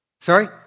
sorry